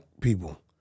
people